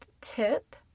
tip